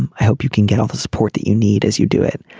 and i hope you can get all the support that you need as you do it